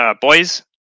boys